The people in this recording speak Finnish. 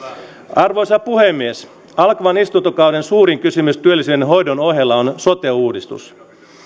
arvoisa puhemies alkavan istuntokauden suurin kysymys työllisyyden hoidon ohella on sote uudistus